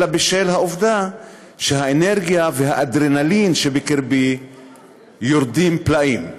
אלא בשל העובדה שהאנרגיה והאדרנלין שבקרבי יורדים פלאים.